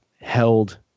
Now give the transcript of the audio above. held